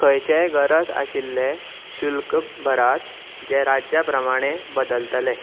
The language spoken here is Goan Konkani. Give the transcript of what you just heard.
खंयचेंय गरज आशिल्लें शुल्क भरात जें राज्या प्रमाणें बदलतलें